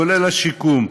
כולל השיקום,